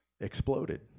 exploded